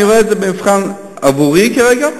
אני רואה את זה כמבחן עבורי כרגע,